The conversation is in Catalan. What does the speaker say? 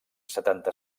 setanta